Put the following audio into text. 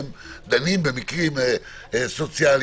והם דנים במקרים סוציאליים,